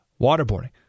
waterboarding